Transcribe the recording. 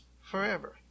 forever